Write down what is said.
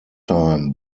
time